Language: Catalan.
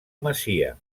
masia